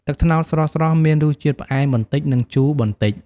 ទឹកត្នោតស្រស់ៗមានរសជាតិផ្អែមបន្តិច និងជូរបន្តិច។